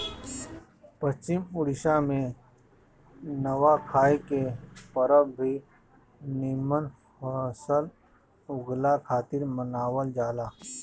पश्चिम ओडिसा में नवाखाई के परब भी निमन फसल उगला खातिर मनावल जाला